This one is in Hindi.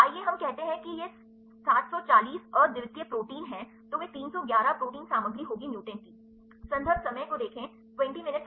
आइए हम कहते हैं कि यह 740 अद्वितीय प्रोटीन है तो वे 311 प्रोटीन सामग्री होगी म्यूटेंट की